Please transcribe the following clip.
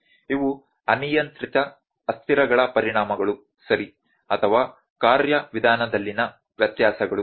ಇವು ಅನಿಯಂತ್ರಿತ ಅಸ್ಥಿರಗಳ ಪರಿಣಾಮಗಳು ಸರಿ ಅಥವಾ ಕಾರ್ಯವಿಧಾನದಲ್ಲಿನ ವ್ಯತ್ಯಾಸಗಳು